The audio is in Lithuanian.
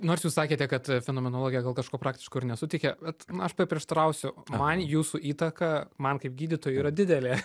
nors jūs sakėte kad fenomenologija gal kažko praktiško ir nesuteikia bet aš paprieštarausiu man jūsų įtaka man kaip gydytojui yra didelė